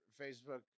Facebook